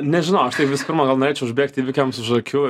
nežinau aš tai visų pirma gal norėčiau užbėgt įvykiams už akių